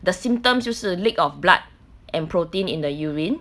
the symptoms 就是 leak of blood and protein in the urine